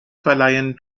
verleihen